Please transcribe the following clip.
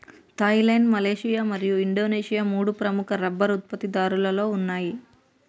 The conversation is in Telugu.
థాయిలాండ్, మలేషియా మరియు ఇండోనేషియా మూడు ప్రముఖ రబ్బరు ఉత్పత్తిదారులలో ఉన్నాయి